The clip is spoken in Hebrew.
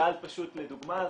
שאלת לדוגמה,